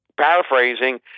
paraphrasing